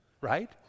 Right